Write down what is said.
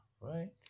right